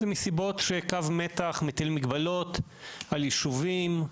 זה מסיבות שקו מתח מטיל מגבלות על ישובים,